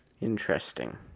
interesting